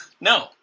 No